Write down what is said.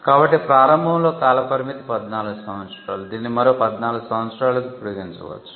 కాబట్టి ప్రారంభంలో కాల పరిమితి 14 సంవత్సరాలు దీనిని మరో 14 సంవత్సరాలకు పొడిగించవచ్చు